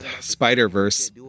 Spider-Verse